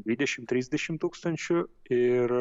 dvidešimt trisdešimt tūkstančių ir